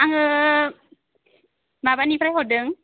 आङो माबानिफ्राय हरदों